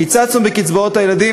קיצצנו בקצבאות הילדים,